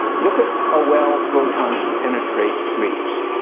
look at how well photons penetrate leaves.